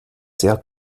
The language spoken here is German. sehr